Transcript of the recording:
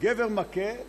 גבר מכה,